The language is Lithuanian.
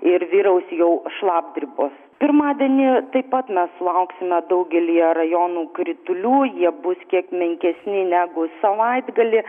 ir vyraus jau šlapdribos pirmadienį taip pat mes lauksime daugelyje rajonų kritulių jie bus kiek menkesni negu savaitgalį